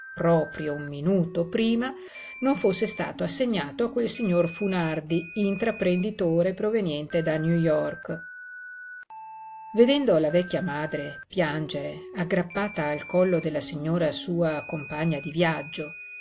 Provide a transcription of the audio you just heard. proprio un minuto prima non fosse stato assegnato a quel signor funardi intraprenditore proveniente da new york vedendo la vecchia madre piangere aggrappata al collo della signora sua compagna di viaggio